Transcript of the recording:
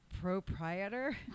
proprietor